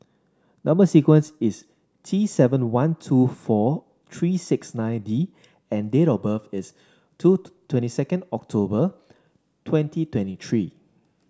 number sequence is T seven one two four three six nine D and date of birth is two twenty second October twenty twenty three